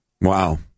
Wow